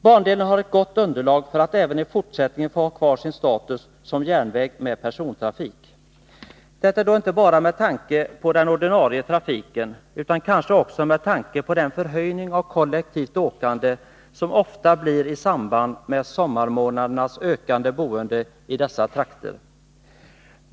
Bandelen har ett gott underlag för att även i fortsättningen få ha kvar sin status som järnväg med persontrafik — detta inte bara med tanke på den ordinarie trafiken utan kanske också med tanke på den förhöjning av kollektivt åkande som ofta uppstår i samband med sommarmånadernas ökande boende i dessa trakter.